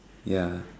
ya